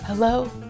Hello